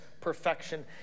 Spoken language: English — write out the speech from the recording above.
perfection